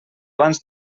abans